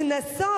קנסות,